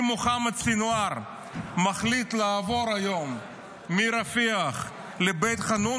אם מוחמד סנוואר מחליט לעבור היום מרפיח לבית חאנון,